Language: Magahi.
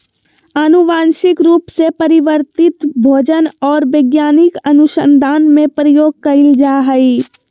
आनुवंशिक रूप से परिवर्तित भोजन और वैज्ञानिक अनुसन्धान में प्रयोग कइल जा हइ